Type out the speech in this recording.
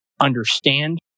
understand